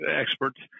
experts